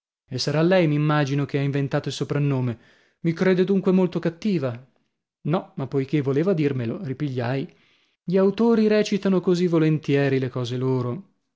e sarà lei m'immagino che ha inventato il soprannome mi crede dunque molto cattiva no ma poichè voleva dirmelo ripigliai gli autori recitano così volentieri le cose loro